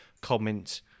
comment